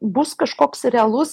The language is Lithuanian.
bus kažkoks realus